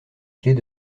clefs